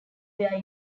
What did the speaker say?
where